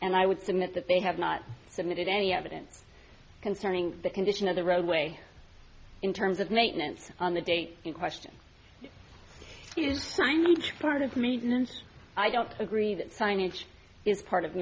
and i would submit that they have not submitted any evidence concerning the condition of the roadway in terms of maintenance on the date in question is signed part of me and i don't agree that signage is part of